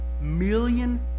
million